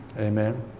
Amen